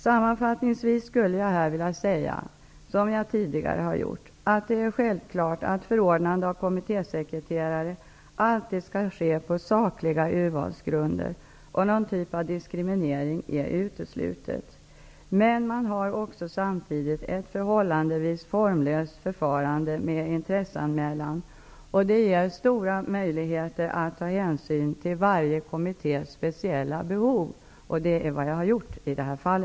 Sammanfattningsvis skulle jag, liksom tidigare, vilja säga att det är självklart att förordnande av kommittésekreterare alltid skall ske på sakliga urvalsgrunder. Någon typ av diskriminering är utesluten. Men man har samtidigt ett förhållandevis formlöst förfarande med intresseanmälan, vilket ger stora möjligheter att ta hänsyn till varje kommittés speciella behov, och det är vad jag har gjort i detta fall.